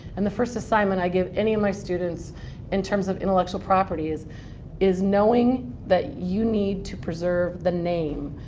and the first assignment i give any of my students in terms of intellectual properties, is knowing that you need to preserve the name.